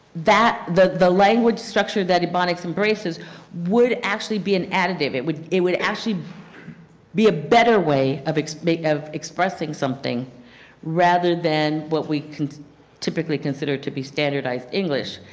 that, the the language structure that ebonics and brings would actually be an additive. it would it would actually be a better way of expressing of expressing something rather than what we typically consider to be standardized english.